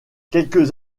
quelques